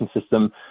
system